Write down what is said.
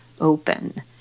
open